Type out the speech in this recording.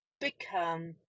become